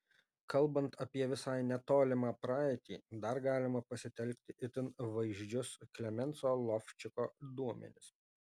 kalbant apie visai netolimą praeitį dar galima pasitelkti itin vaizdžius klemenso lovčiko duomenis